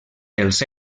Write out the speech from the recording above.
els